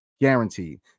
guaranteed